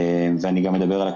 וגם אדבר על הכמויות,